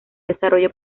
desarrollo